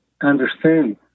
understand